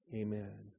Amen